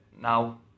Now